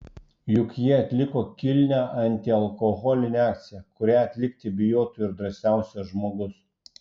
juk jie atliko kilnią antialkoholinę akciją kurią atlikti bijotų ir drąsiausias žmogus